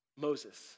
Moses